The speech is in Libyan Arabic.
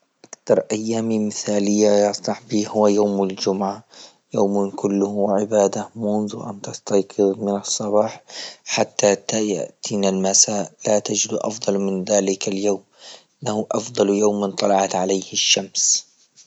أكثر ايامي مثالية يا صاحبي هوا يوم الجمعة، يوم كله عبادة منذ أن تستيقظ من الصباح حتى ت- يأتينا المساء لا تجد أفضل من ذالك اليوم، إنه أفضل يوم طلعة عليه الشمس.